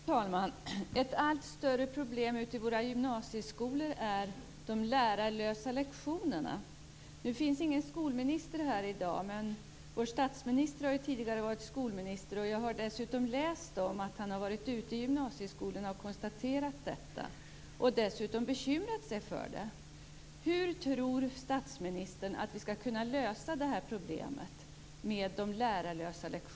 Fru talman! Ett allt större problem ute i gymnasieskolorna är de lärarlösa lektionerna. Det finns ingen skolminister här i dag, men vår statsminister har tidigare varit skolminister. Jag har dessutom läst om att han har varit ute i gymnasieskolorna och konstaterat detta och dessutom bekymrat sig för det.